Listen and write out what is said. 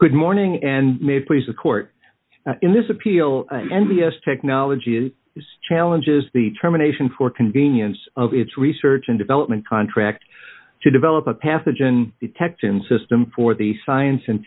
good morning and may please the court in this appeal vs technology is challenges the terminations for convenience of its research and development contract to develop a pathogen detection system for the science and